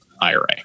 IRA